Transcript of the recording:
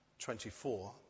24